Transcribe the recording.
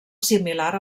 similar